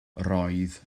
roedd